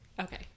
Okay